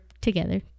together